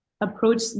approach